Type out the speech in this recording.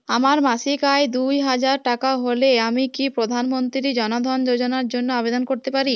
আমার মাসিক আয় দুহাজার টাকা হলে আমি কি প্রধান মন্ত্রী জন ধন যোজনার জন্য আবেদন করতে পারি?